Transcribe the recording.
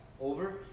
over